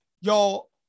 Y'all